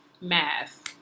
math